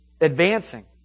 advancing